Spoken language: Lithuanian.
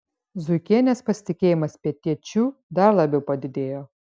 zuikienės pasitikėjimas pietiečiu dar labiau padidėjo